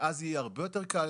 ואז יהיה הרבה יותר קל